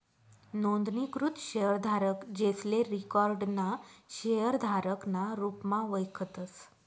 नोंदणीकृत शेयरधारक, जेसले रिकाॅर्ड ना शेयरधारक ना रुपमा वयखतस